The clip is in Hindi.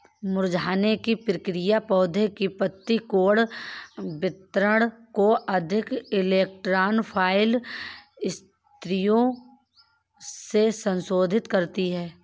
मुरझाने की प्रक्रिया पौधे के पत्ती कोण वितरण को अधिक इलेक्ट्रो फाइल स्थितियो में संशोधित करती है